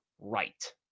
right